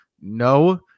no